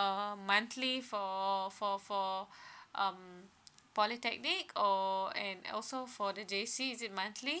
um monthly for for for um polytechnic or and also for the J_C is it monthly